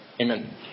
Amen